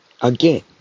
again